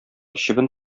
чебен